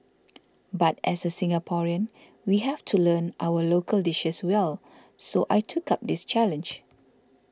but as a Singaporean we have to learn our local dishes well so I took up this challenge